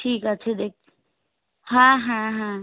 ঠিক আছে দেখি হ্যাঁ হ্যাঁ হ্যাঁ